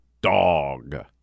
dog